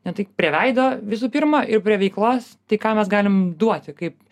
ne tik prie veido visų pirma ir prie veiklos tai ką mes galim duoti kaip